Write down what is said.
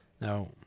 Now